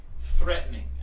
threatening